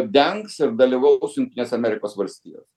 dengs ir dalyvaus jungtinės amerikos valstijos